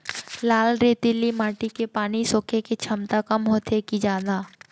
लाल रेतीली माटी के पानी सोखे के क्षमता कम होथे की जादा?